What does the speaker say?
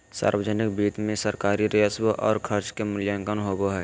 सावर्जनिक वित्त मे सरकारी राजस्व और खर्च के मूल्यांकन होवो हय